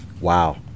wow